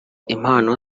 impano